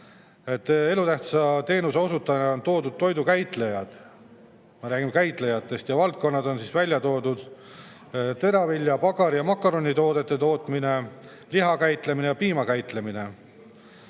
elutähtsa teenuse osutajatena on kirjas ka toidukäitlejad. Me räägime käitlejatest. Ja valdkonnad on välja toodud: teravilja, pagari- ja makaronitoodete tootmine, liha käitlemine ja piima käitlemine.